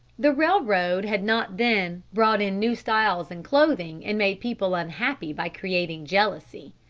the railroad had not then brought in new styles in clothing and made people unhappy by creating jealousy.